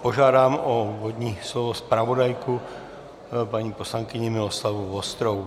Požádám o úvodní slovo zpravodajku, paní poslankyni Miloslavu Vostrou.